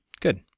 Good